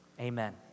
Amen